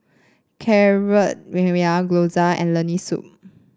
Carrot Gyoza and Lentil Soup